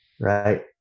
right